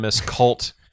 cult